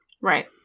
Right